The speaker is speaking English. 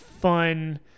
fun